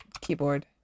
keyboard